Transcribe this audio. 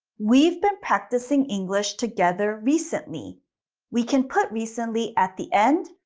we've been practicing english together recently we can put recently at the end,